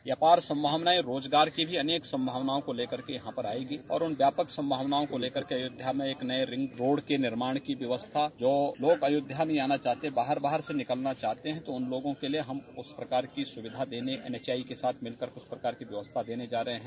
ये अपार संभावनाएं रोजगार की भी अनेक संभावनाओं को ले करके यहां पर आई हुई और उन व्यापक संभावनाओं को लेकरके अयोध्या में एक नये रिंग रोड के निर्माण की व्यवस्था जो लोग अयोध्या नहीं आना चाहते बाहर बाहर से निकलना चाहते हैं तो उन लोगों के लिए हम उस प्रकार की सुविधा देने एनएचएआई के साथ मिलकर उस प्रकार की व्यवस्था देने जा रहे हैं